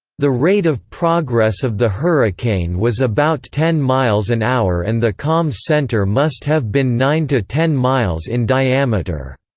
the rate of progress of the hurricane was about ten miles an hour and the calm center must have been nine to ten miles in diameter.